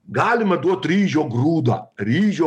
galima duot ryžio grūdą ryžio